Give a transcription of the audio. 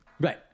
Right